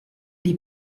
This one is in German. die